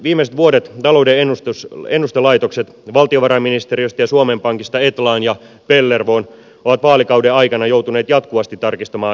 viimeiset vuodet talouden ennustelaitokset valtiovarainministeriöstä ja suomen pankista etlaan ja pellervoon ovat vaalikauden aikana joutuneet jatkuvasti tarkistamaan ennusteitaan alaspäin